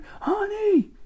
honey